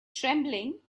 trembling